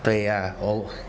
对啊